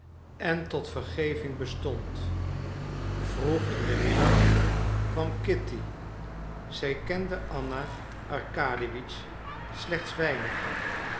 en tot vergeving bestond vroeg in den middag kwam kitty zij kende anna arkadiewna slechts weinig